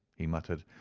he muttered,